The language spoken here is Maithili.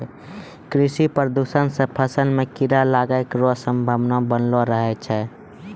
कृषि प्रदूषण से फसल मे कीड़ा लागै रो संभावना वनलो रहै छै